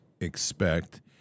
expect